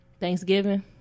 Thanksgiving